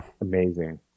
Amazing